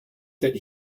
that